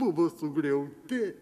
buvo sugriauti